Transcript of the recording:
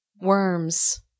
Worms